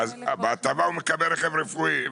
בהטבה הוא מקבל רכב רפואי,